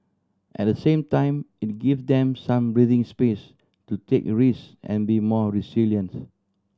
at the same time it give them some breathing space to take risk and be more resilient